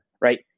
right